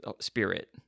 Spirit